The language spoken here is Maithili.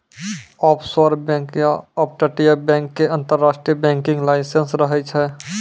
ऑफशोर बैंक या अपतटीय बैंक के अंतरराष्ट्रीय बैंकिंग लाइसेंस रहै छै